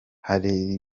hari